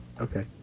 Okay